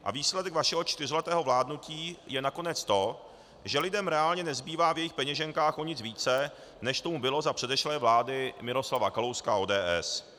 A výsledek vašeho čtyřletého vládnutí je nakonec to, že lidem reálně nezbývá v jejich peněženkách o nic více, než tomu bylo za předešlé vlády Miroslava Kalouska a ODS.